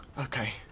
Okay